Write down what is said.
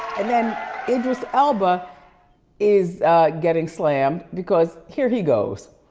then idris elba is getting slammed because here he goes.